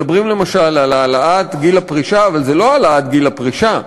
מדברים, למשל, על העלאת גיל הפרישה.